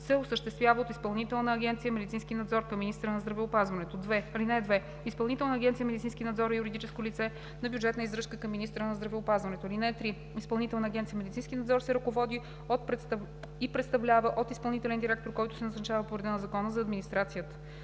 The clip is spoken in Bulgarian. се осъществява от Изпълнителна агенция „Медицински надзор“ към министъра на здравеопазването. (2) Изпълнителна агенция „Медицински надзор“ е юридическо лице на бюджетна издръжка към министъра на здравеопазването. (3) Изпълнителна агенция „Медицински надзор“ се ръководи и представлява от изпълнителен директор, който се назначава по реда на Закона за администрацията.